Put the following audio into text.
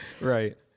Right